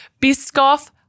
Biscoff